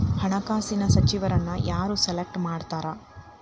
ಹಣಕಾಸಿನ ಸಚಿವರನ್ನ ಯಾರ್ ಸೆಲೆಕ್ಟ್ ಮಾಡ್ತಾರಾ